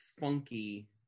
funky